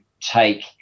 take